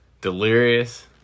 delirious